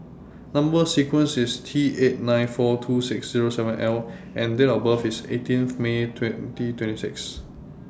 Number sequence IS T eight nine four two six Zero seven L and Date of birth IS eighteen May twenty twenty six